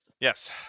Yes